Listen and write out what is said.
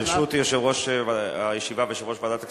ברשות יושב-ראש הישיבה ויושב-ראש ועדת הכספים,